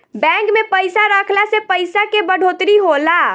bank में पइसा रखला से पइसा के बढ़ोतरी होला